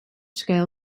scale